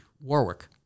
Warwick